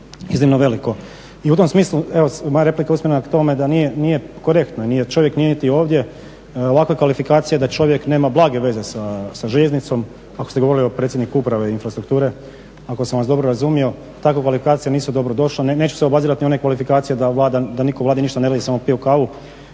I u tom smislu evo moja replika je usmjerena tome da nije korektno, čovjek nije niti ovdje, ovakve kvalifikacije da čovjek nema blage veze sa željeznicom, ako ste govorili o predsjedniku Uprave infrastrukture, ako sam vas dobro razumio. Takve kvalifikacije nisu dobrodošle. Neću se obazirati na one kvalifikacije da nitko u Vladi ništa ne radi i da samo piju kavu.